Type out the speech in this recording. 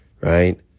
Right